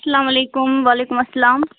سلام علیکُم وعلیکُم اسلام